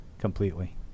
completely